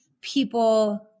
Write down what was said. people